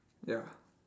ya